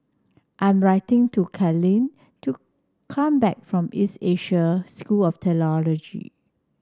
I'm writing to Kathleen to come back from East Asia School of Theology